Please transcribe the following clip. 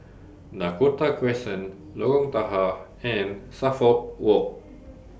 Dakota Crescent Lorong Tahar and Suffolk Walk